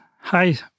Hi